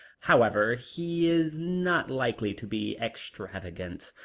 however, he is not likely to be extravagant.